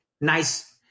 nice